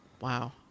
Wow